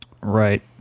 Right